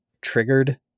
triggered